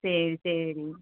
சரி சரி